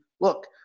look